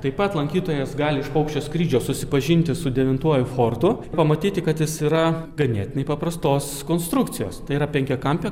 taip pat lankytojas gali iš paukščio skrydžio susipažinti su devintuoju fortu pamatyti kad jis yra ganėtinai paprastos konstrukcijos tai yra penkiakampė